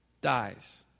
dies